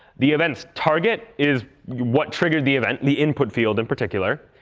the event's target is what triggered the event the input field, in particular.